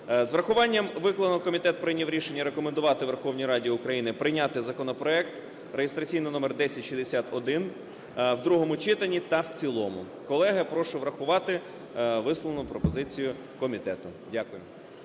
З урахуванням викладеного, комітет прийняв рішення рекомендувати Верховній Раді України прийняти законопроект (реєстраційний номер 1061) в другому читанні та в цілому. Колеги, я прошу врахувати висловлену пропозицію комітету. Дякую.